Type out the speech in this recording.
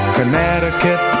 Connecticut